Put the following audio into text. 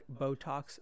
Botox